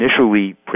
initially